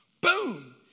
Boom